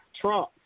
Trump